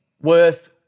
worth